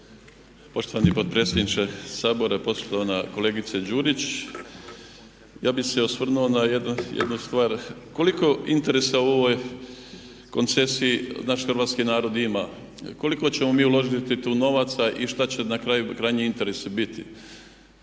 Poštovani potpredsjedniče Sabora. Poštovana kolegice Đurić. Ja bih se osvrnuo na jednu stvar. Koliko interesa u ovoj koncesiji naš Hrvatski narod ima? Koliko ćemo mi tu uložiti novaca i što će na krajnjem interesu biti.